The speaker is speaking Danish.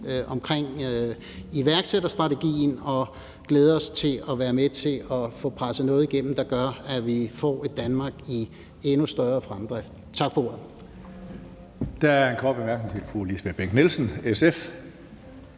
omkring iværksætterstrategien og glæder os til at være med til at få presset noget igennem, der gør, at vi får et Danmark i endnu større fremdrift. Tak for ordet.